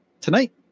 tonight